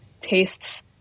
tastes